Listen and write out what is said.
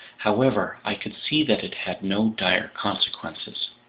however, i could see that it had no dire consequences.